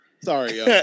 Sorry